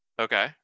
Okay